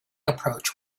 approach